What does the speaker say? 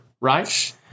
right